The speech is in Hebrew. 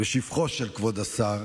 שבחו של כבוד השר